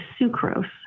sucrose